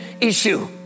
issue